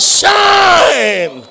shine